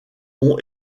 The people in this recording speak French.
ont